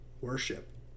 worship